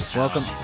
Welcome